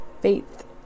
faith